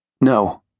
No